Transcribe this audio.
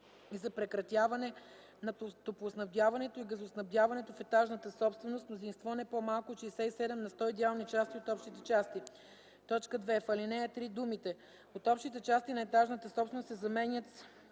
и за прекратяване на топлоснабдяването и газоснабдяването в етажната собственост – с мнозинство не по-малко от 67 на сто идеални части от общите части;” 2. В ал. 3 думите „от общите части на етажната собственост” се заменят